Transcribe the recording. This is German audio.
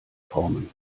formen